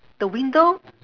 the window